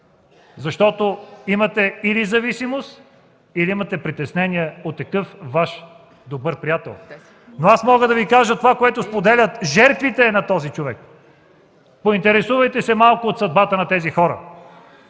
защото имате или зависимост, или притеснения от такъв Ваш добър приятел. Но аз мога да Ви кажа това, което споделят жертвите на този човек. Поинтересувайте се малко от съдбата на тези хора!